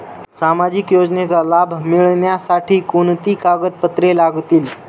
सामाजिक योजनेचा लाभ मिळण्यासाठी कोणती कागदपत्रे लागतील?